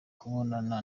kubonana